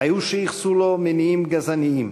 היו שייחסו לו מניעים גזעניים.